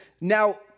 now